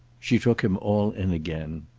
she took him all in again.